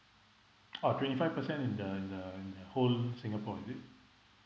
oh twenty five percent in the in the in the whole singapore is it